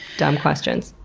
dumb questions.